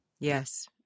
Yes